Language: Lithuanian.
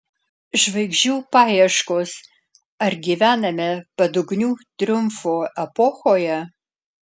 žvaigždžių paieškos ar gyvename padugnių triumfo epochoje